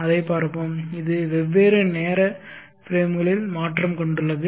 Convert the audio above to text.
அதைப் பார்ப்போம் இது வெவ்வேறு நேர பிரேம்களில் மாற்றம் கொண்டுள்ளது